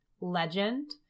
legend